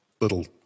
little